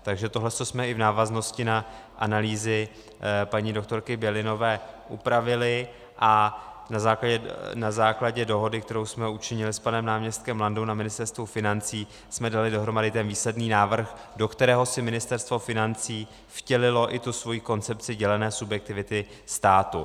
Takže tohle jsme i v návaznosti na analýzy paní doktorky Bělinové upravili, a na základě dohody, kterou jsme učinili s panem náměstkem Landou na Ministerstvu financí, jsme dali dohromady ten výsledný návrh, do kterého si Ministerstvo financí vtělilo i tu svoji koncepci dělené subjektivity státu.